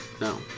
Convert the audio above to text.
No